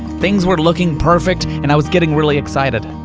things were looking perfect, and i was getting really excited.